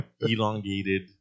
elongated